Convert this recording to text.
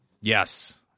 Yes